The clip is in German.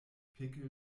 pickel